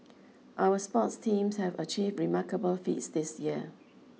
our sports teams have achieved remarkable feats this year